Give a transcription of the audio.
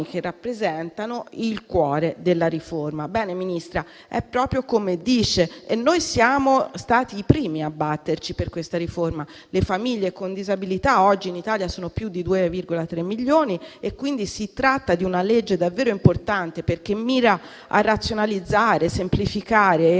che rappresentano il cuore della riforma. Bene, Ministra, è proprio come dice e noi siamo stati i primi a batterci per questa riforma. Le famiglie con disabilità oggi in Italia sono più di 2,3 milioni e quindi si tratta di una legge davvero importante perché mira a razionalizzare, semplificare e